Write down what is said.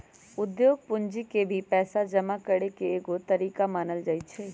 उद्योग पूंजी के भी पैसा जमा करे के एगो तरीका मानल जाई छई